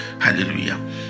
Hallelujah